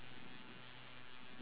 ya